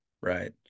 Right